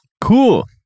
cool